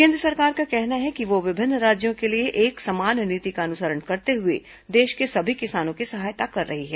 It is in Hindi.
केन्द्र सरकार का कहना है कि वह विभिन्न राज्यों के लिए एक समान नीति का अनुसरण करते हुए देश के सभी किसानों की सहायता कर रही है